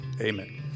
Amen